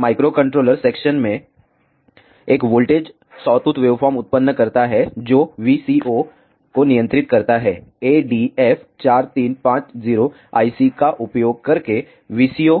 microcontroller section में एक voltage sawtooth waveform उत्पन्न करता है जो VCO को नियंत्रित करता है ADF4350 IC का उपयोग करके VCO